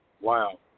Wow